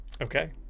Okay